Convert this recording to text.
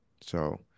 So-